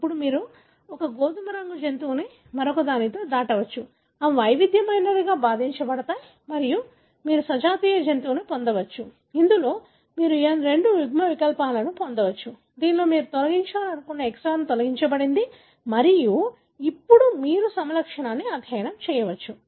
ఇప్పుడు మీరు ఒక గోధుమ రంగు జంతువును మరొకదానితో దాటవచ్చు అవి వైవిధ్యమైనవిగా భావించబడతాయి మరియు మీరు సజాతీయ జంతువును పొందవచ్చు ఇందులో మీరు రెండు యుగ్మవికల్పాలను పొందవచ్చు దీనిలో మీరు తొలగించాలనుకున్న ఎక్సాన్ తొలగించబడింది మరియు ఇప్పుడు మీరు సమలక్షణాన్ని అధ్యయనం చేయవచ్చు